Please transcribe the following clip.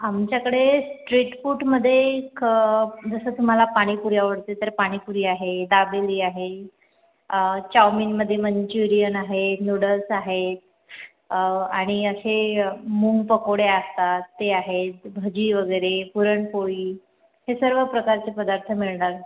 आमच्याकडे स्ट्रीट फूटमध्ये क जसं तुम्हाला पाणीपुरी आवडते तर पाणीपुरी आहे दाबेली आहे चाऊमिनमधे मंचुरियन आहे नूडल्स आहेत आणि असे मूग पकोडे असतात ते आहेत भजी वगैरे पुरणपोळी हे सर्व प्रकारचे पदार्थ मिळणार